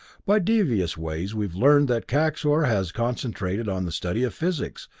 by devious ways we've learned that kaxor has concentrated on the study of physics,